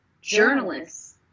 journalists